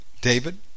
David